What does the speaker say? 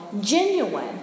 genuine